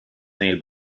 nail